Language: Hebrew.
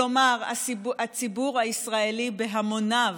כלומר, הציבור הישראלי בהמוניו,